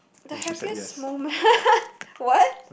the happiest moment what